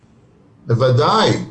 בוודאי.